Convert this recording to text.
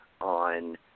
on